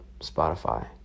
Spotify